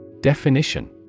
Definition